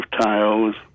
tiles